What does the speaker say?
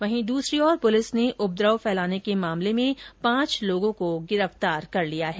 वहीं दूसरी और पुलिस ने उपद्रव फैलाने में मामले में पांच लोगों को गिरफ्तार कर लिया है